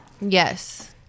yes